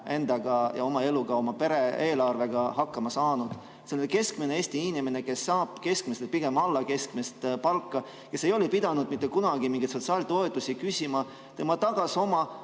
endaga ja oma eluga, oma pere-eelarvega hakkama saanud. Selline keskmine Eesti inimene, kes saab keskmist või pigem alla keskmist palka, kes ei ole pidanud mitte kunagi mingeid sotsiaaltoetusi küsima, tema tagas oma